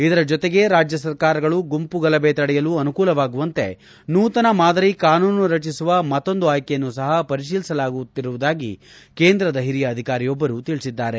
ಇದರ ಜೊತೆಗೆ ರಾಜ್ಯ ಸರ್ಕಾರಗಳು ಗುಂಪು ಗಲಭೆ ತಡೆಯಲು ಅನುಕೂಲವಾಗುವಂತೆ ನೂತನ ಮಾದರಿ ಕಾನೂನು ರಚಿಸುವ ಮತ್ತೊಂದು ಆಯ್ಕೆಯನ್ನು ಸಹ ಪರಿತೀಲಿಸುತ್ತಿರುವುದಾಗಿ ಕೇಂದ್ರದ ಹಿರಿಯ ಅಧಿಕಾರಿಯೊಬ್ಬರು ತಿಳಿಸಿದ್ದಾರೆ